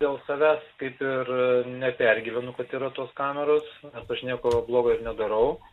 dėl savęs kaip ir nepergyvenu kad yra tos kameros nes aš nieko blogo ir nedarau